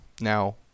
Now